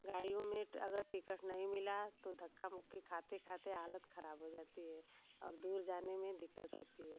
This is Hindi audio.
गाड़ियों में अगर टिकट नहीं मिला तो धक्का मुक्की खाते खाते हालत खराब हो जाती है और दूर जाने में दिक्कत होती है